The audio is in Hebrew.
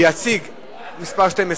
מס' 12,